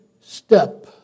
step